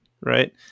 right